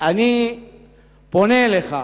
אני פונה אליך,